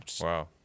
wow